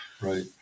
Right